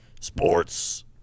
Sports